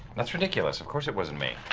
that's ridiculous. of course, it wasn't me.